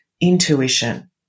intuition